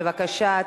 בבקשה.